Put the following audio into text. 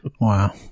Wow